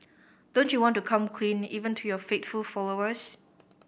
don't you want to come clean even to your faithful followers